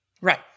Right